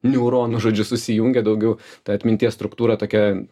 neuronų žodžiu susijungia daugiau ta atminties struktūra tokia